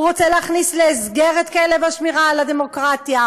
הוא רוצה להכניס להסגר את כלב השמירה על הדמוקרטיה.